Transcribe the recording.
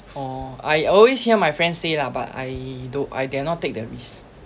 orh I always hear my friend say lah but I don't I dare not take the risk